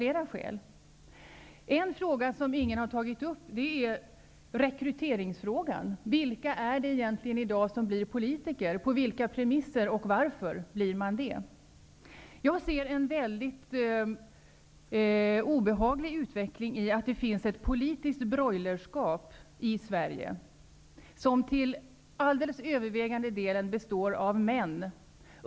En fråga som ingen har tagit upp är rekryteringsfrågan: Vilka är det egentligen som blir politiker i dag? På vilka premisser och varför blir man det? Jag ser en obehaglig utveckling i att det finns ett politiskt broilerskap i Sverige, som till övervägande delen består av män.